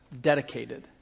dedicated